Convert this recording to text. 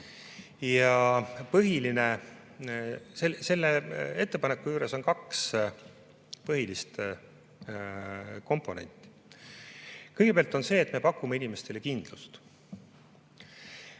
teinud. Selle ettepaneku juures on kaks põhilist komponenti. Kõigepealt on see, et me pakume inimestele kindlust.